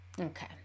Okay